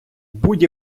будь